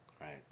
Right